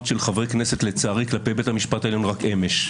של חברי כנסת כלפי בית המשפט העליון רק אמש.